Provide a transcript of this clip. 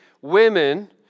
women